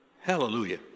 Hallelujah